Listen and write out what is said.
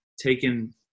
taken